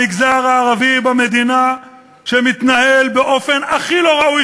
המגזר הערבי במדינה מתנהל באופן הכי לא ראוי.